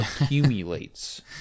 accumulates